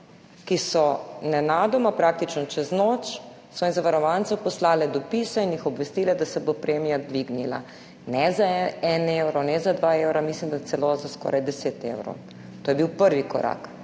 ki so nenadoma, praktično čez noč svojim zavarovancem poslale dopise in jih obvestile, da se bo premija dvignila, ne za 1 evro, ne za 2 evra, mislim, da celo za skoraj 10 evrov. To je bil prvi korak.